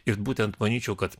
ir būtent manyčiau kad